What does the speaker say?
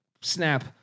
Snap